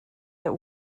der